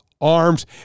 arms